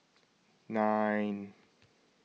nine